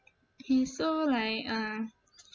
he's so like uh